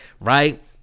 Right